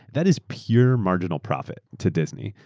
that is pure marginal profit to disney.